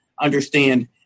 understand